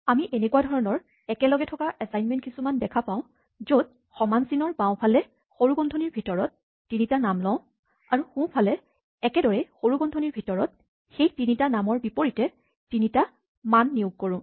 আমি এনেকুৱা ধৰণৰ একেলগে থকা এচাইনমেন্ট কিছুমান দেখা পাওঁ য'ত সমান চিনৰ বাঁওফালে সৰু বন্ধনীৰ ভিতৰত তিনিটা নাম লওঁ আৰু সোঁফালে একেদৰে সৰু বন্ধনীৰ ভিতৰত সেইতিনিটা নামৰ বিপৰীতে তিনিটা মান নিয়োগ কৰোঁ